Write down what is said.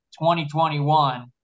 2021